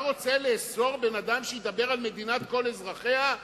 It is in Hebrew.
אתה רוצה לאסור בן-אדם שידבר על מדינת כל אזרחיה?